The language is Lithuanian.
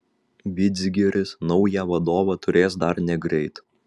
vidzgiris naują vadovą turės dar negreit